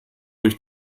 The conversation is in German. durch